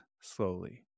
slowly